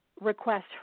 request